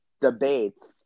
debates